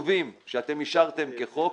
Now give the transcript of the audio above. שאישרתם כחוק,